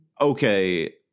okay